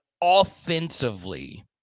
offensively